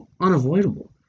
unavoidable